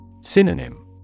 Synonym